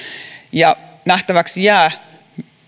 ja nähtäväksi jää